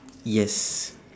yes